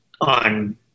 on